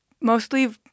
mostly